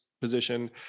position